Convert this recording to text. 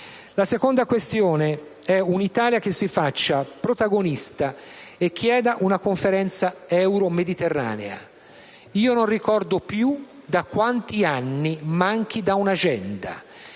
elemento questione è un'Italia che si faccia protagonista e chieda una Conferenza euromediterranea: non ricordo più da quanti anni manchi da un'agenda.